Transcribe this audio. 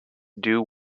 due